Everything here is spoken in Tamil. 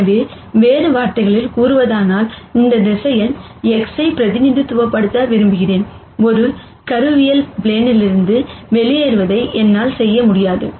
எனவே வேறு வார்த்தைகளில் கூறுவதானால் இந்த வெக்டார் X ஐ பிரதிநிதித்துவப்படுத்த விரும்புகிறேன் ஒரு கருவியில் ப்ளேனிலிருந்து வெளியேறுவதை என்னால் செய்ய முடியாது